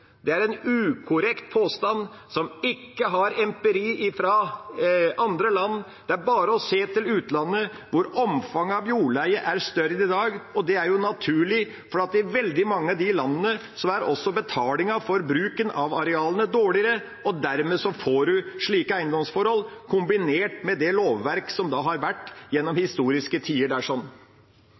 Det er en ukorrekt påstand som ikke har empiri fra andre land. Det er bare å se til utlandet, hvor omfanget av jordleie er større – og det er naturlig, for i veldig mange av de landene er også betalingen for bruken av arealene dårligere, og dermed får man slike eiendomsforhold, kombinert med det lovverket som har vært der gjennom historiske tider.